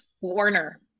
Warner